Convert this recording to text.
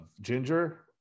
ginger